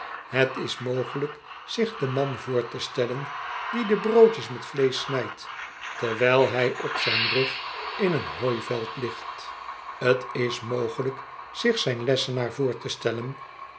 het is mogelijk zich den man voor te stellen die de broodjes met vleesch snijdt terwijl hij op zijn rug in een hooiveld ligt t is mogelijk zich zijn lessenaar voor te stellen